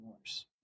worse